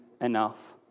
enough